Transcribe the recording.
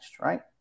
right